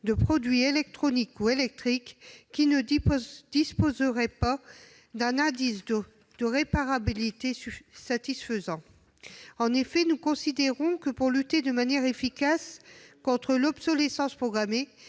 de produits électroniques ou électriques qui ne disposeraient pas d'un indice de réparabilité satisfaisant. Nous considérons que, pour lutter de manière efficace contre l'obsolescence programmée,